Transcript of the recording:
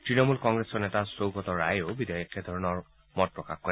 তৃণমূল কংগ্ৰেছৰ নেতা সৌগত ৰায়েও একেধৰণৰ মত প্ৰকাশ কৰে